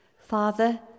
Father